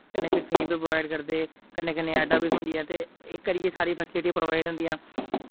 कन्नै फिर फेम वि प्रोवाइड करदे कन्नै कन्नै ऐडां वि थ्होंदिया ते इश करियै सारी फैसिलिटियां प्रोवाइड होंदिया